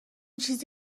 چیزی